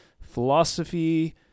philosophy